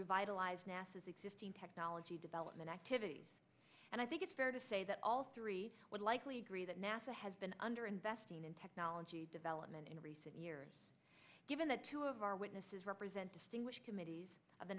revitalize nasa is existing technology development activities and i think it's fair to say that all three would likely agree that nasa has been under investing in technology development in recent years given that two of our witnesses represent distinguished committees